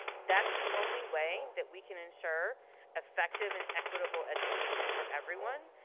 that's the only way that we can ensure effective and equitable education for everyone.